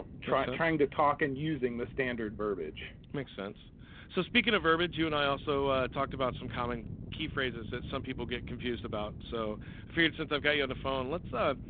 try trying to talk and using the standard burbidge makes sense so speaking of verbage you and i also talked about some common key phrases that some people get confused about so i figured since i've got you on the phone let's ah,